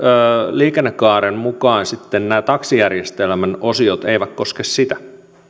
liikennekaaren mukaan nämä taksijärjestelmän osiot eivät koske sitä